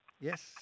Yes